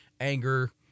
anger